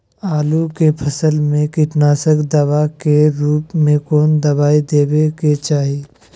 आलू के फसल में कीटनाशक दवा के रूप में कौन दवाई देवे के चाहि?